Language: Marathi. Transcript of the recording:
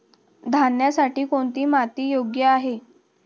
धान्यासाठी कोणती माती योग्य आहे?